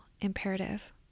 imperative